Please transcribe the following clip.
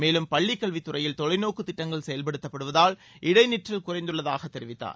மேலும் பள்ளிக்கல்வித்துறையில் தொலைநோக்கு திட்டங்கள் செயல்படுத்தப்படுவதால் இடைநிற்றல் குறைந்துள்ளதாக தெரிவித்தார்